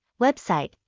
website